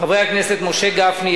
חברי הכנסת משה גפני,